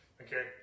Okay